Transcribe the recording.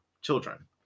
children